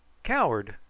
coward!